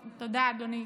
תודה, אדוני.